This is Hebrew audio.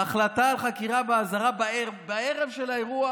ההחלטה על חקירה באזהרה בערב של האירוע